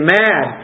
mad